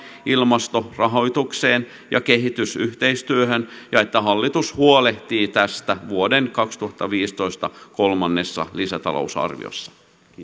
ilmastorahoitukseen ja kehitysyhteistyöhön ja että hallitus huolehtii tästä vuoden kaksituhattaviisitoista kolmannessa lisätalousarviossa